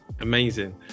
amazing